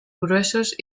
gruesos